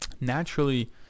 naturally